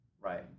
right